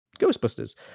ghostbusters